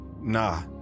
Nah